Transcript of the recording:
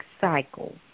cycle